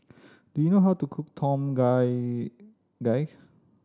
do you know how to cook Tom Gai Gai